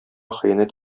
хыянәт